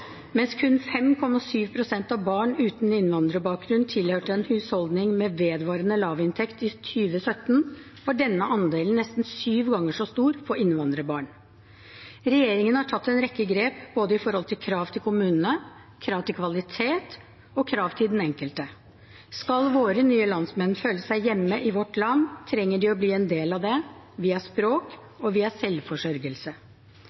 Mens kun 5,7 pst. av barn uten innvandrerbakgrunn tilhørte en husholdning med vedvarende lavinntekt i 2017, var denne andelen nesten syv ganger så stor for innvandrerbarn. Regjeringen har tatt en rekke grep når det gjelder både krav til kommunene, krav til kvalitet og krav til den enkelte. Skal våre nye landsmenn føle seg hjemme i vårt land, trenger de å bli en del av det via språk og via selvforsørgelse. Her både må vi